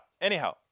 anyhow